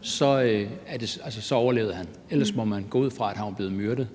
så overlevede han. Ellers må man gå ud fra, at han var blevet myrdet.